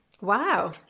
wow